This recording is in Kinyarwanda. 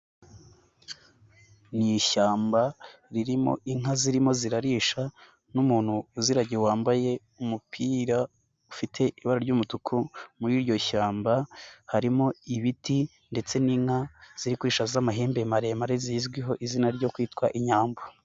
Ni ishyamba ririmo inka zirimo zirarisha n'umuntu uziragiye wambaye umupira ufite ibara ry'umutuku, muri iryo shyamba harimo ibiti ndetse n'inka ziri kueisha z'amahembe maremare zizwiho izina ryo kwitwa inyambo.